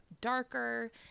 darker